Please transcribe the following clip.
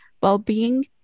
well-being